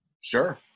Sure